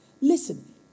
Listen